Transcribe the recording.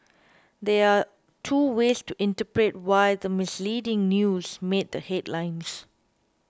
there are two ways to interpret why the misleading news he made the headlines